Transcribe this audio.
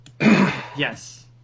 Yes